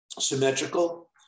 symmetrical